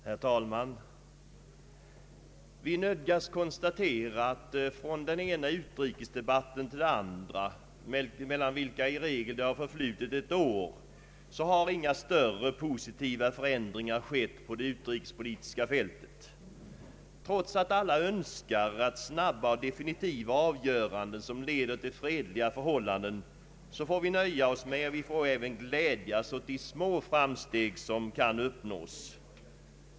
Herr talman! Vi nödgas konstatera att från den ena utrikesdebatten till den andra, mellan vilka det i regel har förflutit ett år, har inga större positiva förändringar skett på det utrikespolitiska fältet. Trots att alla önskar snabba och definitiva avgöranden som leder till fredliga förhållanden får vi nöja oss med och även glädjas åt de små framsteg som kan uppnås.